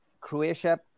Croatia